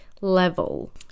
level